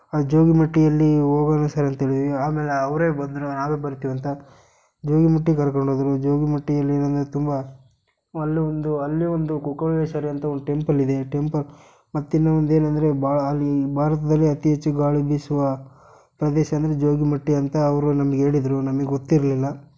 ಆ ಜೋಗಿಮಟ್ಟಿಯಲ್ಲಿ ಹೋಗೋಣ ಸರ್ ಅಂತ ಹೇಳಿದ್ವಿ ಆಮೇಲೆ ಅವರೇ ಬಂದರು ನಾವೇ ಬರ್ತೀವಿ ಅಂತ ಜೋಗಿಮಟ್ಟಿಗೆ ಕರ್ಕಂಡು ಹೋದರು ಜೋಗಿಮಟ್ಟಿಯಲ್ಲಿ ಏನಂದರೆ ತುಂಬ ಅಲ್ಲಿ ಒಂದು ಅಲ್ಲಿ ಒಂದು ಟೆಂಪಲ್ ಇದೆ ಟೆಂಪ ಮತ್ತು ಇನ್ನೂ ಒಂದು ಏನಂದರೆ ಭಾಳ ಅಲ್ಲಿ ಭಾರತದಲ್ಲಿ ಅತಿ ಹೆಚ್ಚು ಗಾಳಿ ಬೀಸುವ ಪ್ರದೇಶ ಅಂದರೆ ಜೋಗಿಮಟ್ಟಿ ಅಂತ ಅವರು ನಮಗೆ ಹೇಳಿದ್ರು ನಮಗೆ ಗೊತ್ತಿರಲಿಲ್ಲ